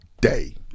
day